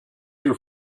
your